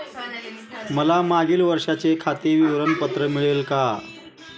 मला मागील वर्षाचे खाते विवरण पत्र मिळेल का?